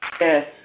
Yes